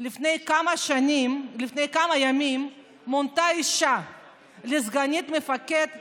לפני כמה ימים מונתה אישה לסגנית מפקד טייסת.